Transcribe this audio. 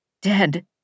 dead